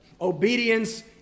obedience